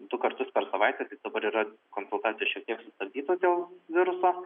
du kartus per savaitę taip dabar yra konsultantas šiek tiek sustabdytas dėl viruso